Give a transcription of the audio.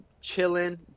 chilling